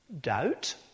doubt